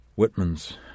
Whitman's